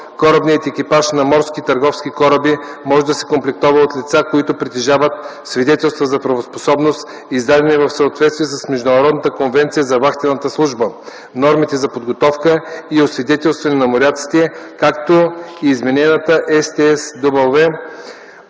Корабният екипаж на морски търговски кораби може да се комплектова от лица, които притежават свидетелства за правоспособност, издадени в съответствие с Международната конвенция за вахтената служба, нормите за подготовка и освидетелстване на моряците, както е изменена (STCW,